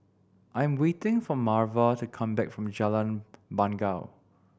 I'm waiting for Marva to come back from Jalan Bangau